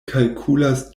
kalkulas